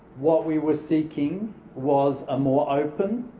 what we were seeking was a more open,